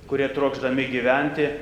kurie trokšdami gyventi